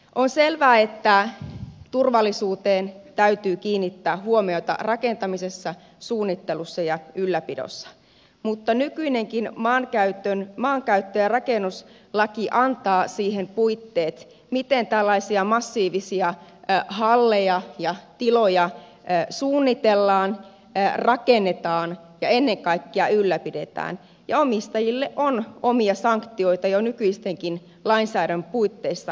on selvää että turvallisuuteen täytyy kiinnittää huomiota rakentamisessa suunnittelussa ja ylläpidossa mutta nykyinenkin maankäyttö ja rakennuslaki antaa siihen puitteet miten tällaisia massiivisia halleja ja tiloja suunnitellaan rakennetaan ja ennen kaikkea ylläpidetään ja omistajille on omia sanktioita jo nykyisenkin lainsäädännön puitteissa